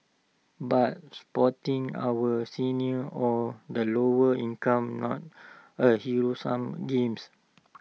but supporting our seniors or the lower income on A sum games